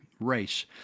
race